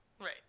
Right